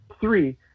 three